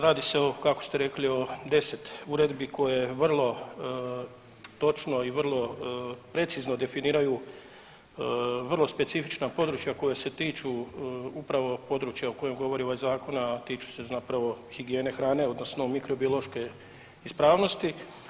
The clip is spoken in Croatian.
Radi se o kako ste rekli o 10 uredbi koje vrlo točno i vrlo precizno definiraju vrlo specifična područja koja se tiču upravo područja o kojem govori ovaj zakon, a tiču se zapravo higijene hrane odnosno mikrobiološke ispravnosti.